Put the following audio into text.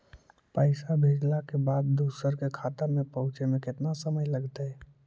पैसा भेजला के बाद दुसर के खाता में पहुँचे में केतना समय लगतइ?